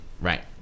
Right